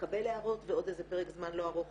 לקבל הערות ועוד איזה פרק זמן לא ארוך